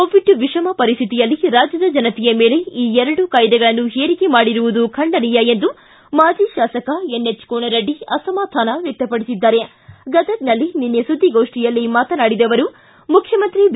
Covid ವಿಷಮ ಪರಿಸ್ಥಿತಿಯಲ್ಲಿ ರಾಜ್ಯದ ಜನತೆಯ ಮೇಲೆ ಈ ಎರಡು ಕಾಯ್ದೆಗಳನ್ನು ಹೇರಿಕೆ ಮಾಡಿರುವುದು ಖಂಡನೀಯ ಎಂದು ಮಾಜಿ ಶಾಸಕ ಎನ್ ಎಚ್ ಕೋನರೆಡ್ಡಿ ಅಸಮಾಧಾನ ವ್ಯಕ್ತಪಡಿಸಿದ್ದಾರೆ ಗದಗನಲ್ಲಿ ನಿನ್ನೆ ಸುದ್ದಿಗೋಷ್ಠಿಯಲ್ಲಿ ಮಾತನಾಡಿದ ಅವರು ಮುಖ್ಯಮಂತ್ರಿ ಬಿ